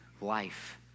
life